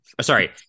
Sorry